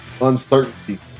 uncertainty